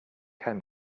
ken